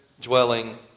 dwelling